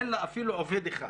אין לה אפילו עובד אחד,